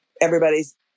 Everybody's